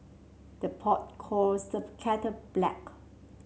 the pot calls the kettle black